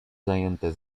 zajęte